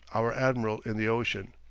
our admiral in the ocean,